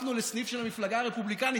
הפכנו לסניף של המפלגה הרפובליקנית.